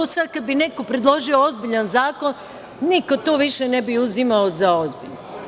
Sad kad bi neko predložio ozbiljan zakon, niko to više ne bi uzimao za ozbiljno.